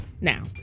Now